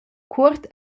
cuort